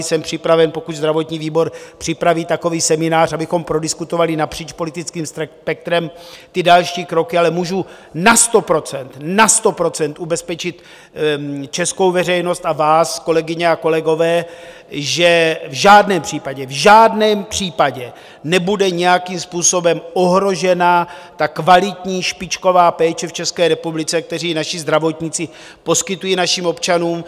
Jsem připraven, pokud zdravotní výbor připraví takový seminář, abychom prodiskutovali napříč politickým spektrem ty další kroky, ale můžu na sto procent, na sto procent ubezpečit českou veřejnost a vás, kolegyně a kolegové, že v žádném případě, v žádném případě nebude nějakým způsobem ohrožena kvalitní, špičková péče v České republice, kterou naši zdravotníci poskytují našim občanům.